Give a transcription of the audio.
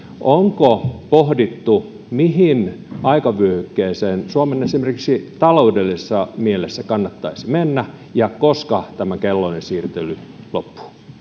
onko pohdittu mihin aikavyöhykkeeseen suomen esimerkiksi taloudellisessa mielessä kannattaisi mennä ja koska tämä kellojen siirtely loppuu